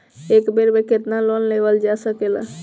एक बेर में केतना लोन लेवल जा सकेला?